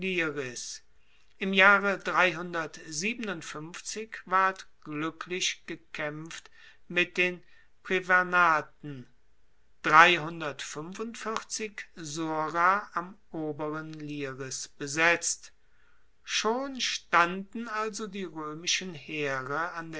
im jahre ward gluecklich gekaempft mit denen sora am oberen liris besetzt schon standen also die roemischen heere an